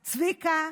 צביקה,